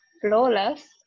flawless